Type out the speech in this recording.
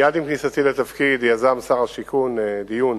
מייד עם כניסתי לתפקיד יזם שר השיכון דיון